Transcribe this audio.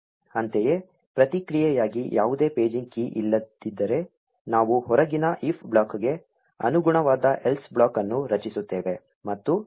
ಅಂತೆಯೇ ಪ್ರತಿಕ್ರಿಯೆಯಾಗಿ ಯಾವುದೇ ಪೇಜಿಂಗ್ ಕೀ ಇಲ್ಲದಿದ್ದರೆ ನಾವು ಹೊರಗಿನ if ಬ್ಲಾಕ್ಗೆ ಅನುಗುಣವಾದ else ಬ್ಲಾಕ್ ಅನ್ನು ರಚಿಸುತ್ತೇವೆ